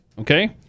okay